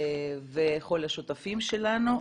וכל השותפים שלנו.